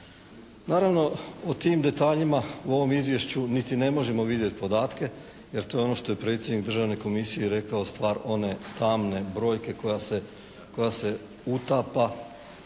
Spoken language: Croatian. Naravno o tim detaljima u ovom izvješću niti ne možemo vidjeti podatke jer to je ono što je predsjednik Državne komisije rekao stvar one tamne brojke koja se utapa